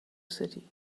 city